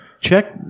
Check